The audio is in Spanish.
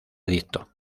adicto